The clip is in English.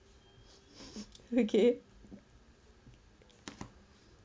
okay